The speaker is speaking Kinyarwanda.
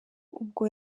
ubwo